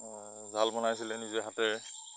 জাল বনাইছিলে নিজে হাতেৰে